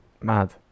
Mad